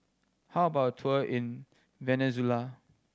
how about a tour in Venezuela